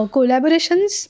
Collaborations